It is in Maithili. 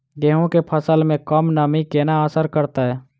गेंहूँ केँ फसल मे कम नमी केना असर करतै?